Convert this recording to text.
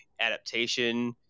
adaptation